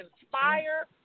inspire